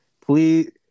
Please